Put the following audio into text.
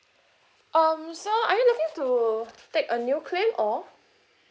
um so are you looking to take a new claim or